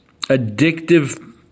addictive